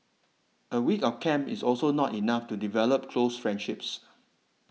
a week of camp is also not enough to develop close friendships